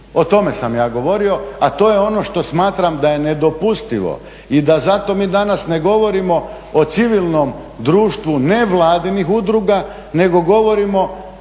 o tome sam ja govorio, a to je ono što smatram da je nedopustivo i da zato mi danas ne govorimo o civilnom društvu nevladinih udruga nego govorimo